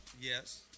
yes